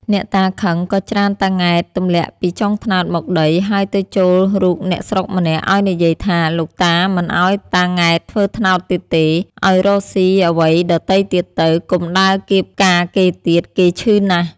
អ្នកតាខឹង ក៏ ច្រានតា ង៉ែត ទម្លាក់ពីចុងត្នោតមកដី ហើយទៅចូលរូបអ្នកស្រុកម្នាក់ ឲ្យនិយាយថា លោកតាមិនឲ្យតា ង៉ែតធ្វើត្នោតទៀតទេ ឲ្យរកស៊ីអ្វីដទៃទៀតទៅ កុំដើរគាបផ្កាគេទៀត គេឈឺណាស់ ។